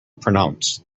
pronounce